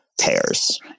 pairs